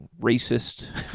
racist